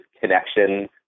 connection